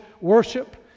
worship